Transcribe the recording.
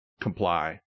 comply